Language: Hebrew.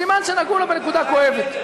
סימן שנגעו לו בנקודה כואבת.